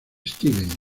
steven